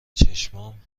چشمام